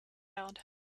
out